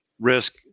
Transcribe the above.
risk